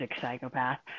psychopath